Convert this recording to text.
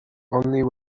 only